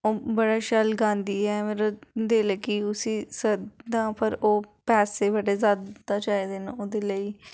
बड़े शैल गांदी ऐ और जेल्ले की उस्सी सब दा पर ओह् पैसे बड़े जैदा चाइदे नै ओह्दे लेई